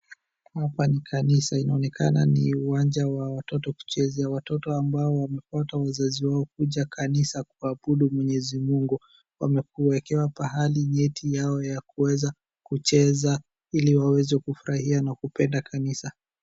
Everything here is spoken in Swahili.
Hapa ni kanisa inaonekana ni uwanja wa watoto kuchezea watato ambao wamefuata wazaai wao kuja kanisani ili kuabudu mwenyezi mungu. Wamewekewa pahali neti yao ya kucheza ili waweze kufurahia na kupenda kanisa.